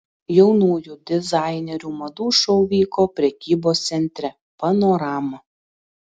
jaunųjų dizainerių madų šou vyko prekybos centre panorama